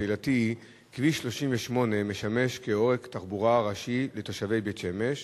שאלתי היא: כביש 38 משמש כעורק תחבורה ראשי לתושבי בית-שמש,